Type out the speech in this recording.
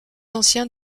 ancien